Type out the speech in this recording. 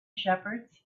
shepherds